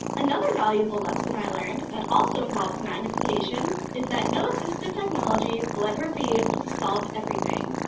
another valuable lesson i learned that also involves magnification is that no assistive technology will ever be able to solve everything.